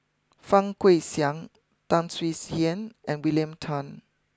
Fang Guixiang Tan Swie Hian and William Tan